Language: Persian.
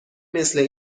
مثل